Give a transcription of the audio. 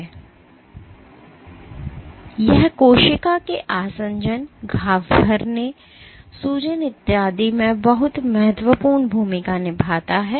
और यह कोशिका के आसंजन घाव भरने सूजन इत्यादि में बहुत महत्वपूर्ण भूमिका निभाता है